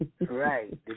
Right